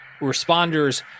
responders